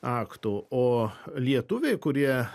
aktų o lietuviai kurie